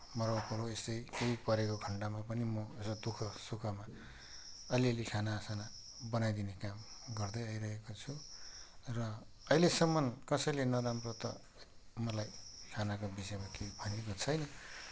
मरौपरौ यसो केही परेको खन्डमा पनि म र दुःखसुखमा अलिअलि खानासाना बनाइदिने काम गर्दै आइरहेको छु र अहिलेसम्म कसैले नराम्रो त मलाई खानाको विषयमा केही भनेको छैन